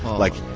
like,